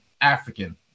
African